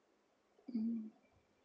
mm